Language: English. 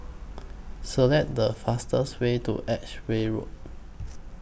Select The fastest Way to Edgware Road